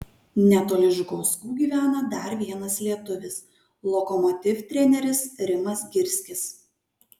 netoli žukauskų gyvena dar vienas lietuvis lokomotiv treneris rimas girskis